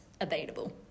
available